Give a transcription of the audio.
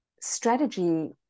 strategy